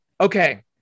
Okay